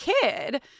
kid